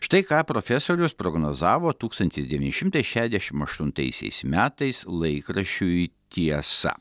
štai ką profesorius prognozavo tūkstantis devyni šimtai šešiasdešimt aštuntaisiais metais laikraščiui tiesa